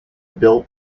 built